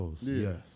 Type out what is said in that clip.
Yes